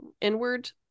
inward